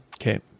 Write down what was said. okay